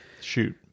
Shoot